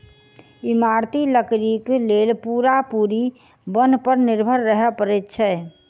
इमारती लकड़ीक लेल पूरा पूरी बन पर निर्भर रहय पड़ैत छै